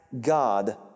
God